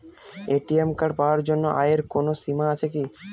ATM card পাওয়ার জন্য আয়ের কোনো সীমা আছে কি?